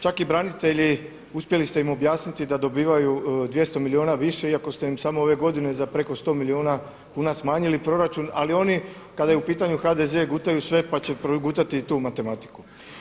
Čak i branitelji uspjeli ste im objasniti da dobivaju 200 milijuna više iako ste im samo ove godine za preko 100 milijuna kuna smanjili proračun, ali oni kada je u pitanju HDZ gutaju sve pa će progutati i tu matematiku.